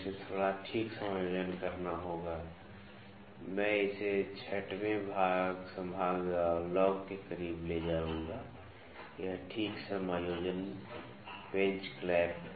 तो इसे थोड़ा ठीक समायोजन करना होगा मैं इसे 6 वें संभाग लॉक के करीब ले जाऊंगा यह ठीक समायोजन पेंच क्लैंप